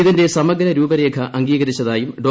ഇതിന്റെ സമഗ്ര രൂപരേഖ അംഗീകരിച്ചതായും ഡോ